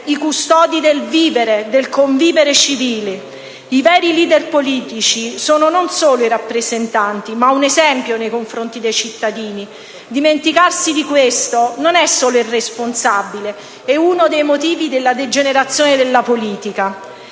i custodi del vivere e del convivere civile. I veri *leader* politici sono non solo i rappresentanti, ma un esempio nei confronti dei cittadini. Dimenticarsi di questo non è solo irresponsabile: è uno dei motivi della degenerazione della politica.